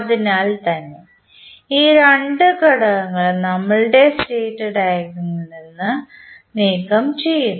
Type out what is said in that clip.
അതിനാൽത്തന്നെ ഈ രണ്ട് ഘടകങ്ങളും നമ്മുടെ സ്റ്റേറ്റ് ഡയഗ്രാമിൽ നിന്ന് നീക്കംചെയ്യുന്നു